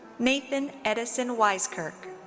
nathan edison weiskirch.